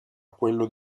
quello